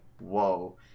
whoa